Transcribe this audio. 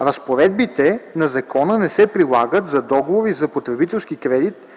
Разпоредбите на закона не се прилагат за договори за потребителски кредит,